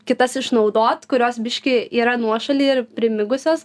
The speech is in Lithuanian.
kitas išnaudot kurios biškį yra nuošaly ir primigusios